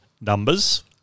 numbers